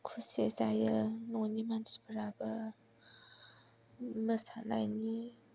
खुसि जायो न'नि मानसिफोराबो मोसानायनि